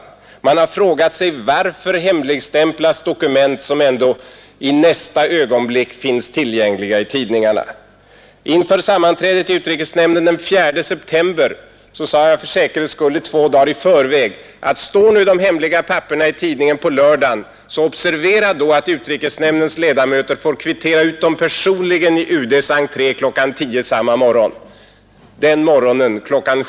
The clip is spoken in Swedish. — Nr 137 Man frågar sig: Varför hemligstämplas dokument, om de ändå i nästa Torsdagen den ögonblick finns tillgängliga i tidningarna? Inför sammanträdet i utrikes 2 december 1971 nämnden den 4 september sade jag för säkerhets skull två dagar i förväg: Står nu de hemliga papperen införda i lördagens tidningar, observera då att utrikesnämndens ledamöter får kvittera ut dem personligen i UD:s entré kl. 10 samma morgon! Denna morgon kl.